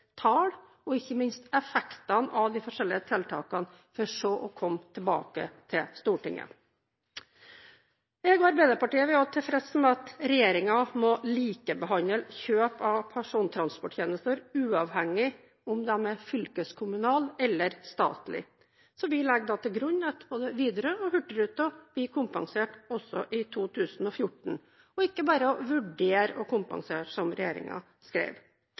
tall og ikke minst effektene av de forskjellige tiltakene for så å komme tilbake til Stortinget. Jeg og Arbeiderpartiet er også tilfreds med at regjeringen må likebehandle kjøp av persontransporttjenester, uavhengig av om de er fylkeskommunale eller statlige. Vi legger til grunn at både Widerøe og Hurtigruten blir kompensert også i 2014, og ikke bare at man vurderer å kompensere, som